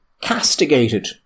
castigated